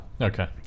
okay